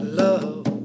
love